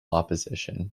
opposition